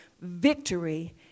victory